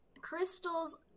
Crystals